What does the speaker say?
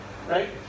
Right